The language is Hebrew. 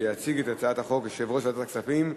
יציג את הצעת החוק יושב-ראש ועדת הכספים,